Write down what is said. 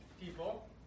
people